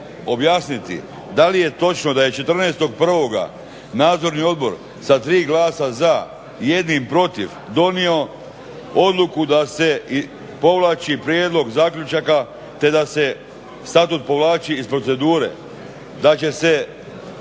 objasniti da li je točno da je 14.1.nadzorni odbor sa tri glasa za i 1 protiv donio odluku da se povlači prijedlog zaključaka, te da se statut povlači iz procedure, da će se